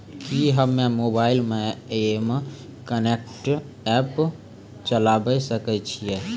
कि हम्मे मोबाइल मे एम कनेक्ट एप्प चलाबय सकै छियै?